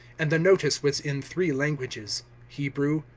and the notice was in three languages hebrew,